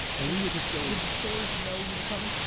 and we would just go did the stores know you were coming?